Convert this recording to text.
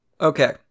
okay